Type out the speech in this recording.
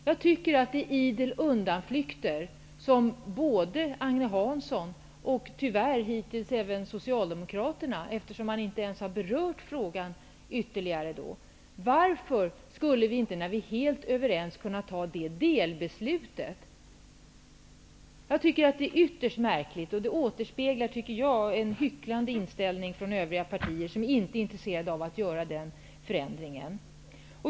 Det är idel undanflykter som både Agne Hansson och tyvärr hittills även Socialdemokraterna anför, eftersom man inte ens har ytterligare berört frågan. Varför kan vi inte fatta ett delbeslut, när vi nu är helt överens? Det är ytterst märkligt, och det återspeglar en hycklande inställning från övriga partier, som inte är intresserade av att åstadkomma den förändringen.